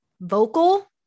vocal